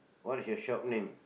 what is your shop name